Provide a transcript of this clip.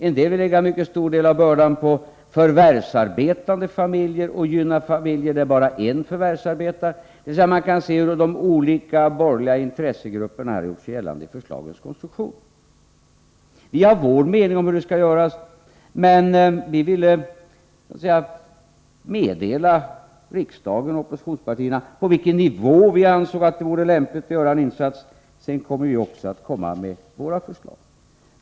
En del vill lägga en mycket stor del av bördan på förvärvsarbetande familjer och gynna familjer där bara en förvärvsarbetar. Man kan alltså se hur de olika borgerliga intressegrupperna har gjort sig gällande i förslagens konstruktion. Vi har vår mening om hur detta skall gå till. Men vi vill meddela riksdagen och oppositionspartierna på vilken nivå vi anser att det vore lämpligt att göra en insats. Sedan kommer vi också att lägga fram våra förslag.